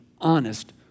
honest